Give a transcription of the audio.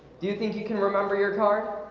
do you think you can remember your card?